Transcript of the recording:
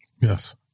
Yes